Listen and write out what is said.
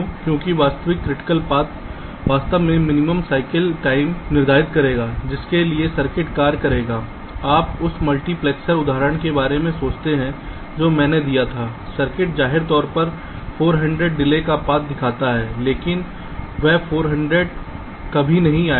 क्योंकि वास्तविक क्रिटिकल पथ वास्तव में मिनिमम साइकिल टाइम निर्धारित करेगा जिसके लिए सर्किट कार्य करेगा आप उस मल्टीप्लेक्सर उदाहरण के बारे में सोचते हैं जो मैंने दिया था सर्किट जाहिर तौर पर 400 डिले का पाथ दिखाता है लेकिन वह 400 कभी नहीं आएगा